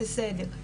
זה בסדר,